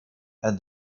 and